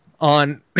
on